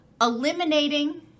Eliminating